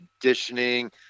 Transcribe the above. conditioning